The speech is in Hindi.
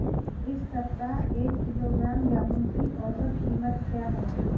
इस सप्ताह एक किलोग्राम जामुन की औसत कीमत क्या है?